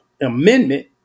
amendment